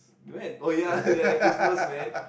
when oh ya ya Christmas man